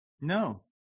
No